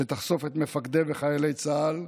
שתחשוף את מפקדי וחיילי צה"ל,